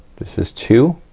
this is two,